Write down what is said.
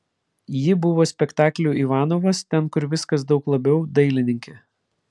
ji buvo spektaklių ivanovas ten kur viskas daug labiau dailininkė